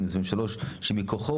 שמכוחו,